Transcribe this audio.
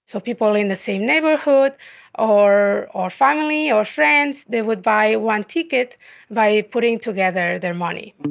so people in the same neighborhood or or family or friends, they would buy one ticket by putting together their money.